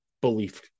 belief